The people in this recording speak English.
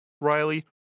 Riley